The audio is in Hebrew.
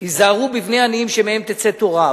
היזהרו בבני עניים שמהם תצא תורה,